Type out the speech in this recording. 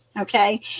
Okay